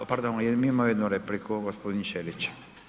A pardon, imamo jednu repliku, gospodin Ćelić.